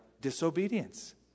disobedience